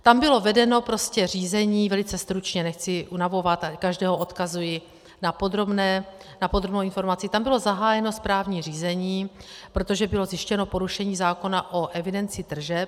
Tam bylo vedeno prostě řízení, velice stručně, nechci unavovat, každého odkazuji na podrobnou informaci, tam bylo zahájeno správní řízení, protože bylo zjištěno porušení zákona o evidenci tržeb.